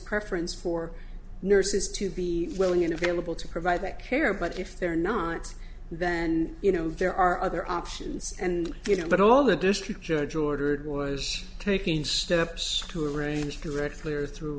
preference for nurses to be well you know be able to provide that care but if they're not then you know there are other options and you know but all the district judge ordered was taking steps to arrange directly or through